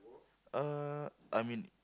uh I mean